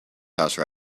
house